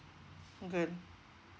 okay